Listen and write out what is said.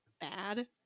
bad